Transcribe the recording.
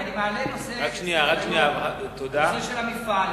אני מעלה לסדר-היום את נושא המפעל,